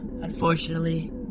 unfortunately